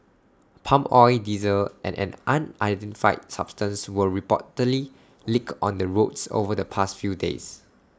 palm oil diesel and an unidentified substance were reportedly leaked on the roads over the past few days